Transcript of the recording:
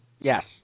Yes